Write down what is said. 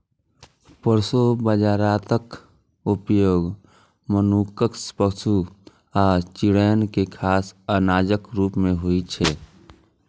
proso बाजाराक उपयोग मनुक्ख, पशु आ चिड़ै के खाद्य अनाजक रूप मे होइ छै